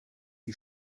die